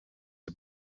had